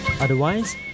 Otherwise